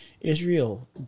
Israel